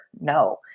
No